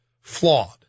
flawed